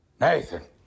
Nathan